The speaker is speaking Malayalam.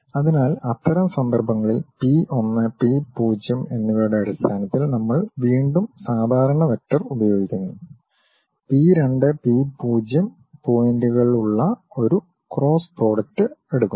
അതിനാൽ അത്തരം സന്ദർഭങ്ങളിൽ പി 1 പി 0 എന്നിവയുടെ അടിസ്ഥാനത്തിൽ നമ്മൾ വീണ്ടും സാധാരണ വെക്റ്റർ ഉപയോഗിക്കുന്നു പി 2 പി 0 പോയിന്റുകളുള്ള ഒരു ക്രോസ് പ്രൊഡക്റ്റ് എടുക്കുന്നു